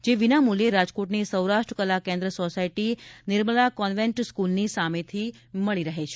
જે વિનામુલ્યે રાજકોટની સૌરાષ્ટ્ર કલા કેન્દ્ર સોસાયટી નિર્મલા કોન્વેંટ સ્ક્રલની સામેથી મળી રહે છે